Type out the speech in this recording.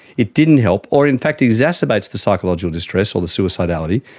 it didn't help, or in fact exacerbates the psychological distress or the suicidality,